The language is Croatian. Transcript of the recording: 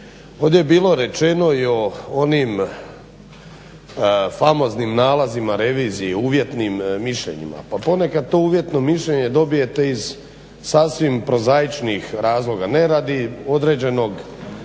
Ovdje je bilo riječi i o onim famoznim nalazima revizije, uvjetnim mišljenjima. Pa ponekad to uvjetno mišljenje dobijete iz sasvim prozaičnih razloga, ne radi određenog